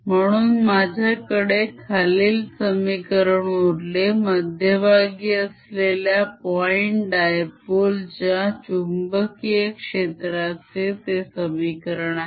म्हणून माझ्याकडे खालील समीकरण उरले मध्यभागी असलेल्या point dipoleच्या चुंबकीय क्षेत्राचे ते समीकरण आहे